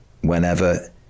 whenever